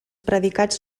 predicats